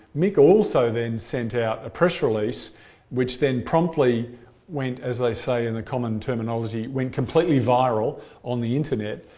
mick also then sent out a press release which then promptly went, as they say in the common terminology, went completely viral on the internet,